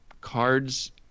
cards